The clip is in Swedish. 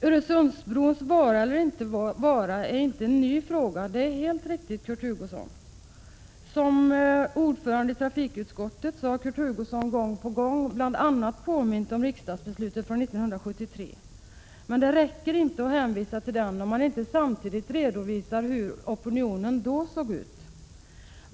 Öresundsbrons vara eller inte vara är inte en ny fråga. Det är helt riktigt, Kurt Hugosson. Som ordförande i trafikutskottet har Kurt Hugosson gång på gång bl.a. påmint om riksdagsbeslutet från 1973. Men det räcker inte att hänvisa till det om man inte samtidigt redovisar hur opinionen då såg ut.